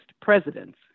presidents